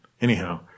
anyhow